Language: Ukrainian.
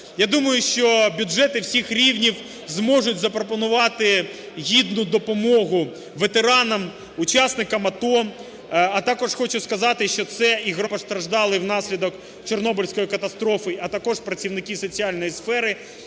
Я думаю, що бюджети всіх рівні зможуть запропонувати гідну допомогу ветеранам, учасникам АТО. А також хочу сказати, що це і громадяни, які постраждали внаслідок Чорнобильської катастрофи, а також працівники соціальної сфери